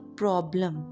problem